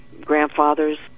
grandfathers